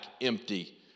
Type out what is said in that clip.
empty